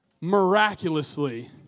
miraculously